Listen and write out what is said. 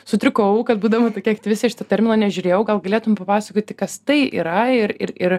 sutrikau kad būdama tokia aktyvistė šito termino nežiūrėjau gal galėtum papasakoti kas tai yra ir ir ir